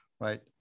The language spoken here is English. right